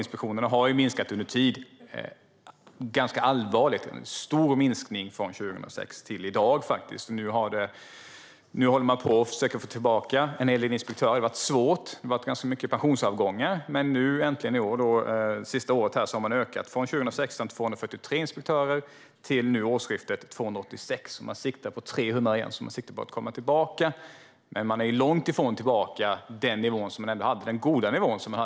Inspektionerna har minskat över tid - ganska allvarligt. Det är en stor minskning från 2006 till i dag. Nu försöker man få tillbaka en hel del inspektörer, vilket har varit svårt. Det har varit ganska mycket pensionsavgångar, men under det senaste året har antalet äntligen ökat - från 243 inspektörer 2016 till 286 nu vid årsskiftet. Man siktar på att ligga på 300 igen, så man siktar på att komma tillbaka. Men man är långt ifrån den goda nivå man ändå hade före 2007.